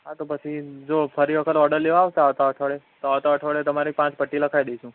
હા તો પછી જો ફરી વખત ઓર્ડર લેવા આવે આવતા અઠવાડિયે તો આવતા અઠવાડિયે તમારી પાંચ પટ્ટી લખાવી દઈશું